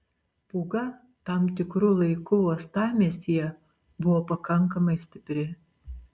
pūga tam tikru laiku uostamiestyje buvo pakankamai stipri